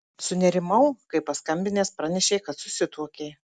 sunerimau kai paskambinęs pranešei kad susituokei